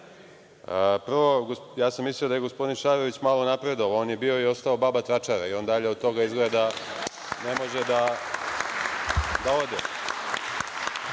mislio sam da je gospodin Šarović malo napredovao, on je bio i ostao baba tračara i on dalje od toga izgleda ne može da ode.